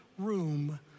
room